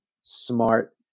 smart